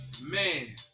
Man